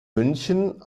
münchen